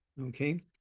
okay